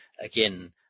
again